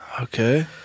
Okay